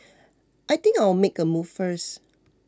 I think I'll make a move first